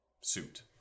suit